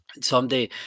Someday